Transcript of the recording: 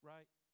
right